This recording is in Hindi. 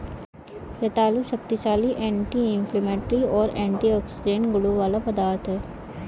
रतालू शक्तिशाली एंटी इंफ्लेमेटरी और एंटीऑक्सीडेंट गुणों वाला पदार्थ है